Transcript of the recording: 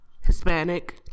hispanic